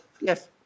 yes